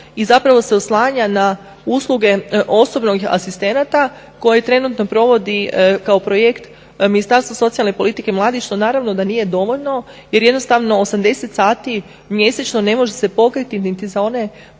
prepoznao i oslanja se na usluge osobnog asistenta koji trenutno provodi kao projekt Ministarstvo socijalne politike i mladih što naravno da nije dovoljno jer jednostavno 80 sati mjesečno ne može se pokriti niti za one